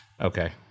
Okay